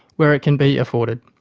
where it can be afforded.